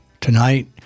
tonight